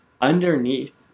underneath